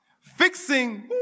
fixing